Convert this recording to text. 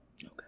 Okay